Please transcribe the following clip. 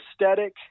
aesthetic